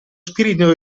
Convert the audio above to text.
spirito